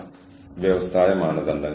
അതിനാൽ നിങ്ങൾ കമ്പാർട്ട്മെന്റലൈസ് ചെയ്യുക